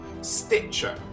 stitcher